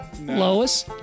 Lois